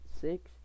six